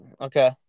okay